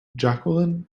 jacqueline